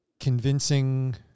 convincing